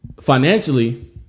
financially